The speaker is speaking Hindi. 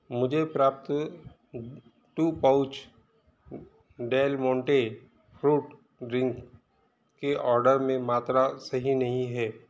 मुझे प्राप्त two pouch Del Monte fruit drink के आर्डर में मात्रा सही नहीं है